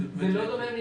זה לא דומה.